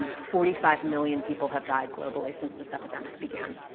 forty-five million people have died globally since this epidemic began.